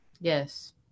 Yes